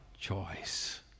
choice